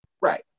right